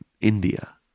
India